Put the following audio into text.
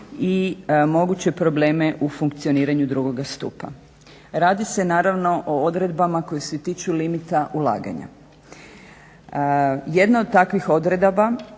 i moguće probleme u funkcioniranju drugoga stupa. Radi se naravno o odredbama koje se tiču limita ulaganja. Jedna od takvih odredaba